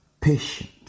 Patient